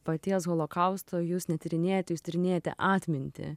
paties holokausto jūs netyrinėjote jūs tyrinėjote atmintį